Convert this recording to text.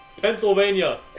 Pennsylvania